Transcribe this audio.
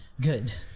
Good